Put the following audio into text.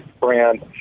brand